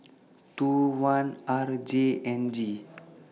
two one R J N G